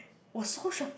was so shock